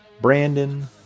Brandon